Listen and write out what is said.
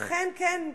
אכן כן,